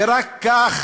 ורק כך